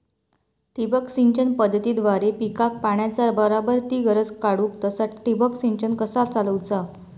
ठिबक सिंचन पद्धतीद्वारे पिकाक पाण्याचा बराबर ती गरज काडूक तसा ठिबक संच कसा चालवुचा?